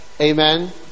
amen